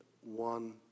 one